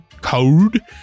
code